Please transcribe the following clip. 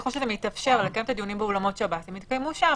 ככל שזה מתאפשר לקיים את הדיונים באולמות שב"ס הם יתקיימו שם,